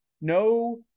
no